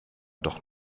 doch